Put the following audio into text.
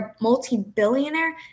multi-billionaire